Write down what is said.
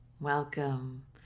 Welcome